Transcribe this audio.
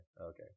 okay